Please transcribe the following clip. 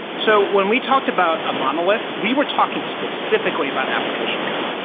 so when we talked about a monolith, we were talking specifically about application code.